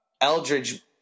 Eldridge